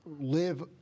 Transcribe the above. live